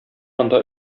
анда